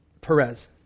Perez